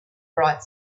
bright